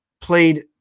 played